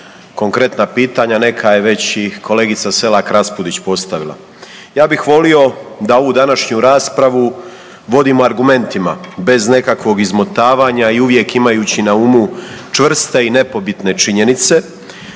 konkretna pitanja, neka je već i kolegica Selak Raspudić postavila. Ja bih volio da ovu današnju raspravu vodimo argumentima, bez nekakvog izmotavanja i uvijek imajući na umu čvrste i nepobitne činjenice.